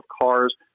cars